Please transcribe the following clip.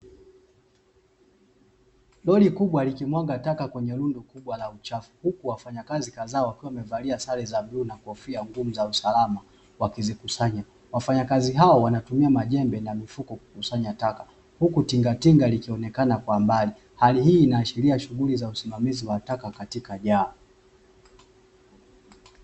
Lori kubwa likimwaga taka kwenye rundo kubwa la uchafu huku wafanyakazi kadhaa wakiwa wamevalia sare za bluu na kofia ngumu usalama wakizikusanya. Wafanyakazi hao wanatumia majembe na mifuko kukusanya huku tingatinga likionekana kwa mbali hali hii inaashiria shughuli za usimamizi wa taka katika jalala.